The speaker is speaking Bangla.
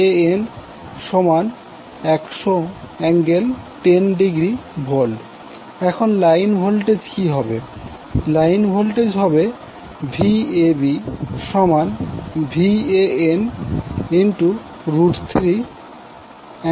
এখন লাইন ভোল্টেজ কি হবে